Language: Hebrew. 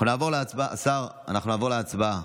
השר, אנחנו נעבור להצבעה.